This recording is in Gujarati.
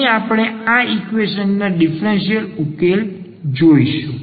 અહીં આપણે આ ઈક્વેશન ના ડીફરન્સીયલ ઉકેલ જોઈશું